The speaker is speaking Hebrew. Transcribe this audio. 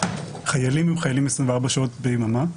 חיילים הם חיילים 24 שעות ביממה,